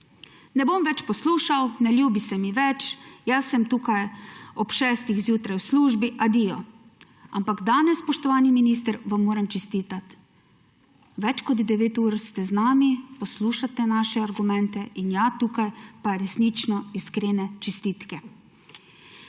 Ne bom več poslušal, ne ljubi se mi več, jaz sem tukaj ob šestih zjutraj v službi, adijo.« Ampak danes, spoštovani minister, vam moram čestitati, več kot devet ur ste z nami, poslušate naše argumente in, ja, tukaj pa resnično iskrene čestitke.